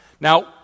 Now